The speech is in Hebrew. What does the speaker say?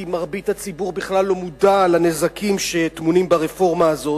כי מרבית הציבור בכלל לא מודע לנזקים שטמונים ברפורמה הזאת,